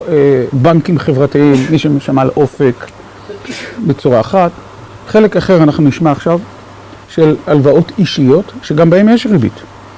בנקים חברתיים, מי ששמע על אופק בצורה אחת חלק אחר אנחנו נשמע עכשיו של הלוואות אישיות שגם בהם יש ריבית